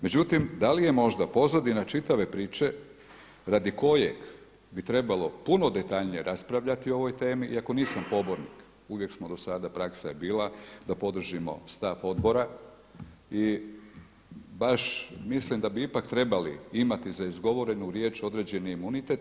Međutim, da li je možda pozadina čitave priče radi kojeg bi trebalo puno detaljnije raspravljati o ovoj temi iako nisam pobornik, uvijek sam do sada, praksa je bila da podržimo stav Odbora i baš mislim da bi ipak trebali imati za izgovorenu riječ određeni imunitet.